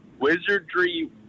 wizardry